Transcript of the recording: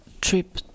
trip